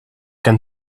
can